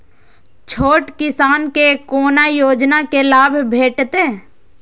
छोट किसान के कोना योजना के लाभ भेटते?